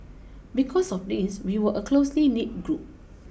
because of this we were a closely knit group